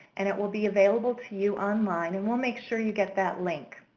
and it will be available to you online. and we'll make sure you get that link.